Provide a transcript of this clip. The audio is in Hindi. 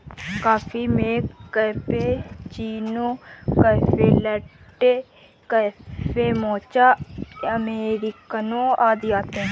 कॉफ़ी में cappuccino, cafe latte, cafe mocha, अमेरिकनों आदि आते है